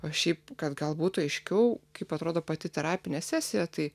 o šiaip kad gal būtų aiškiau kaip atrodo pati terapinė sesija tai